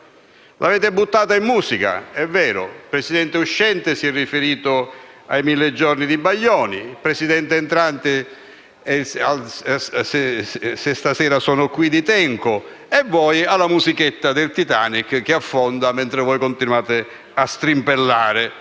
L'avete buttata in musica, è vero: il Presidente del Consiglio uscente si è riferito ai mille giorni di Baglioni, il Presidente entrante a «Se stasera sono qui» di Tenco e voi alla musichetta del Titanic che affonda mentre continuate a strimpellare